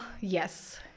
Yes